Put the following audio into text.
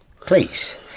please